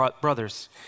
brothers